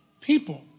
people